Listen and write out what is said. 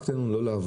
רק תן לנו לא לעבוד.